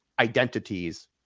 identities